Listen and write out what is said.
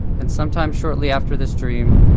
and sometime shortly after this dream,